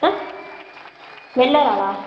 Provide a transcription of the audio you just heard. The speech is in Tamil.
ஆ வெள்ளை இறாலா